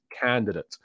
candidate